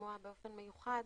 לשמוע באופן מיוחד,